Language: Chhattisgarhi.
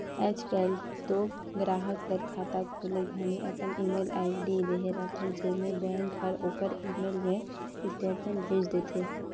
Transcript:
आयज कायल तो गराहक हर खाता खोले घनी अपन ईमेल आईडी देहे रथे जेम्हें बेंक हर ओखर ईमेल मे स्टेटमेंट भेज देथे